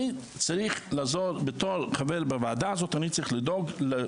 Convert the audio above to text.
אני צריך לעזור בתור חבר בוועדה הזאת למאושפז.